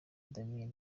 damien